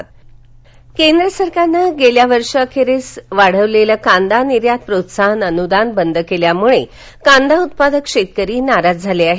कांदा भाव केंद्र सरकारनं गेल्या वर्षअखेरीस वाढवलेलं कांदा निर्यात प्रोत्साहन अनुदान बंद केल्यामुळे कांदा उत्पादक शेतकरी नाराज झाले आहेत